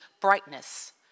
brightness